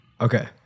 Okay